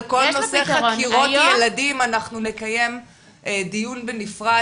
על כל נושא חקירות ילדים אנחנו נקיים דיון בנפרד.